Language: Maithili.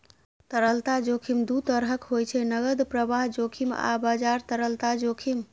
तरलता जोखिम दू तरहक होइ छै, नकद प्रवाह जोखिम आ बाजार तरलता जोखिम